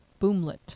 Boomlet